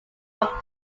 over